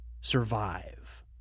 survive